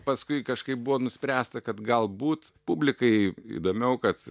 paskui kažkaip buvo nuspręsta kad galbūt publikai įdomiau kad